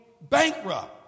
bankrupt